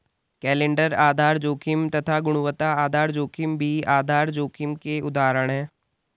calendar आधार जोखिम तथा गुणवत्ता आधार जोखिम भी आधार जोखिम के उदाहरण है